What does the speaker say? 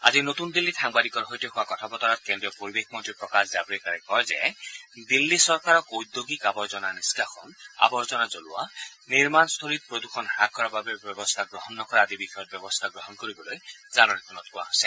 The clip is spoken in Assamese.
আজি নতুন দিল্লীত সাংবাদিকৰ সৈতে হোৱা কথা বতৰাত কেন্দ্ৰীয় পৰিৱেশ মন্ত্ৰী প্ৰকাশ জাভৰেকাৰে কয় যে দিল্লী চৰকাৰক ঔদ্যোগিক আৱৰ্জনা নিষ্কাষণ আৱৰ্জনা জলোৱা নিৰ্মাণ স্থলীত প্ৰদূষণ হ্যাস কৰাৰ বাবে ব্যৱস্থা গ্ৰহণ নকৰা আদি বিষয়ত ব্যৱস্থা গ্ৰহণ কৰিবলৈ জাননীখনত কোৱা হৈছে